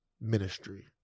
ministry